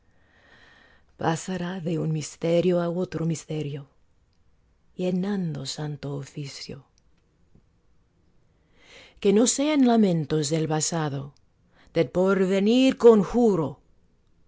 de un misterio á otro misterio llenando santo oficio que no sean lamentos del pasado del porvenir conjuro